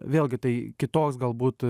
vėlgi tai kitos galbūt